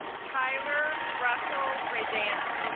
tyler russell raid aunt